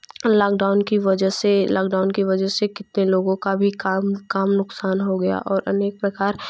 lockdown की वजह से लॉकडाउन की वजह से कितने लोगों का भी काम काम नुकसान हो गया और अनेक प्रकार